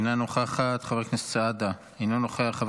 אינה נוכחת,